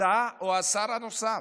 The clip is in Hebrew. אתה או השר הנוסף?